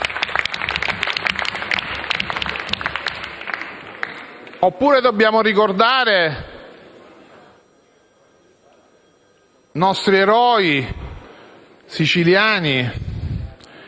Oppure dobbiamo ricordare nostri eroi siciliani,